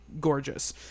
gorgeous